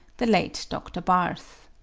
the late dr. barth.